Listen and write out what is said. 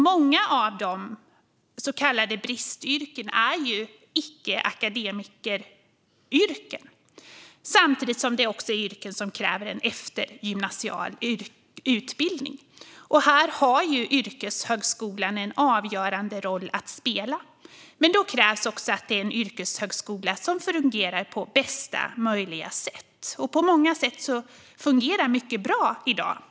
Många av dessa så kallade bristyrken är icke-akademikeryrken samtidigt som det är yrken som kräver eftergymnasial utbildning. Här har yrkeshögskolan en avgörande roll att spela, men då krävs att det är en yrkeshögskola som fungerar på bästa möjliga sätt. Det är mycket som fungerar bra i dag.